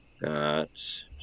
got